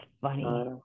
funny